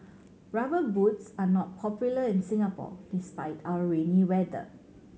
Rubber Boots are not popular in Singapore despite our rainy weather